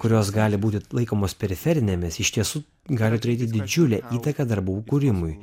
kurios gali būti laikomos periferinėmis iš tiesų gali turėti didžiulę įtaką darbų kūrimui